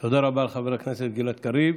תודה רבה לחבר הכנסת גלעד קריב.